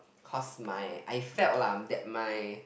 cause my I felt lah that my